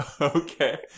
okay